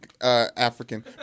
African